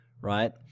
right